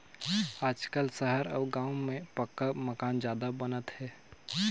आजकाल सहर अउ गाँव मन में पक्का मकान जादा बनात हे